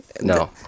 No